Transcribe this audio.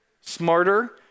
smarter